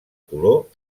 color